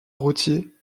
routier